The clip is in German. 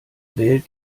wählt